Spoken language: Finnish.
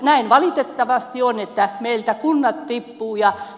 näin valitettavasti on että meiltä kunnat tippuvat